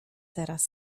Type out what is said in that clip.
teraz